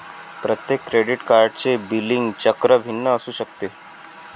प्रत्येक क्रेडिट कार्डचे बिलिंग चक्र भिन्न असू शकते